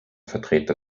vertreter